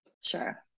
Sure